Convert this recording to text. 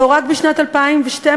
הלוא רק בשנת 2012,